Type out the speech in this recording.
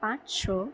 পাঁচশো